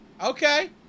Okay